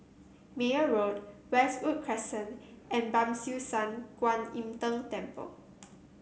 Meyer Road Westwood Crescent and Ban Siew San Kuan Im Tng Temple